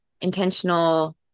intentional